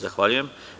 Zahvaljujem.